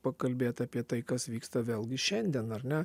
pakalbėt apie tai kas vyksta vėlgi šiandien ar ne